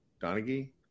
donaghy